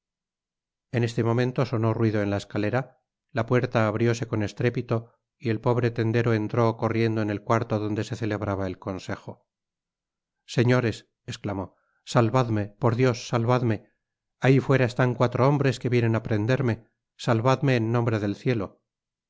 en este momento sonó ruido en la escalera la puerta abrióse con estrépito y el pobre tendero entró corriendo en el cuarto donde se celebraba el consejo señores esclamó salvadme por dios salvadme ahi fuera están cuatro hombres que vienen á prenderme salvadme en nombre del cielo